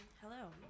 Hello